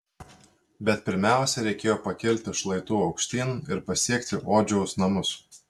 bet pirmiausia reikėjo pakilti šlaitu aukštyn ir pasiekti odžiaus namus